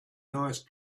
nice